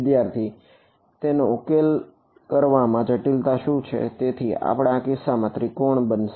વિદ્યાર્થી તેનો ઉકેલ કરવામાં જટિલતા શું છે તેથી આ કિસ્સામાં તે ત્રિકર્ણ બનશે